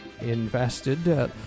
invested